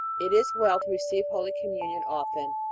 it is well to receive holy communion often,